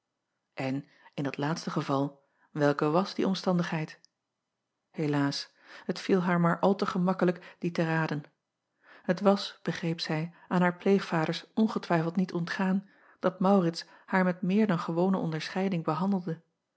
n in dit laatste geval welke was die omstandigheid elaas het viel haar maar al te gemakkelijk die te raden et was begreep zij aan haar pleegvaders ongetwijfeld acob van ennep laasje evenster delen niet ontgaan dat aurits haar met meer dan gewone onderscheiding behandelde